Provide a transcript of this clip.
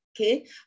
Okay